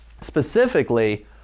Specifically